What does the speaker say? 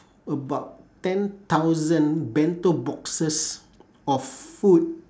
about ten thousand bento boxes of food